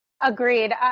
Agreed